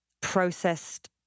processed